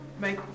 make